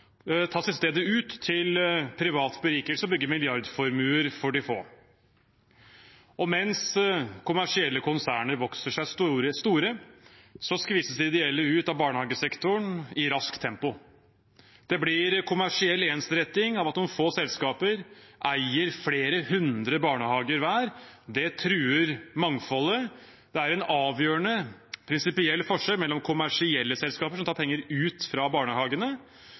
til barnehagebarn, tas i stedet ut til privat berikelse og bygger milliardformuer for de få. Mens kommersielle konserner vokser seg store, skvises de ideelle ut av barnehagesektoren i raskt tempo. Det blir kommersiell ensretting av at noen få selskaper eier flere hundre barnehager hver. Det truer mangfoldet. Det er en avgjørende prinsipiell forskjell mellom kommersielle selskaper som tar penger ut fra barnehagene,